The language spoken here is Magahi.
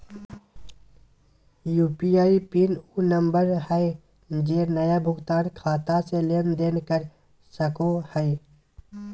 यू.पी.आई पिन उ नंबर हइ जे नया भुगतान खाता से लेन देन कर सको हइ